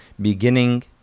beginning